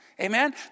Amen